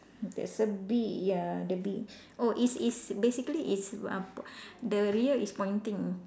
there's a bee ya the bee oh it's it's basically it's uh the rear is pointing